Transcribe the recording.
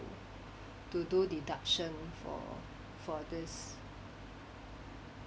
to do deduction for for this